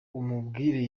umubwire